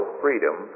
freedom